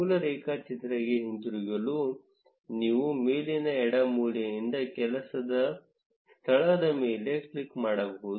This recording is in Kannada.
ಮೂಲ ರೇಖಾಚಿತ್ರಗೆ ಹಿಂತಿರುಗಲು ನೀವು ಮೇಲಿನ ಎಡ ಮೂಲೆಯಿಂದ ಕೆಲಸದ ಸ್ಥಳದ ಮೇಲೆ ಕ್ಲಿಕ್ ಮಾಡಬಹುದು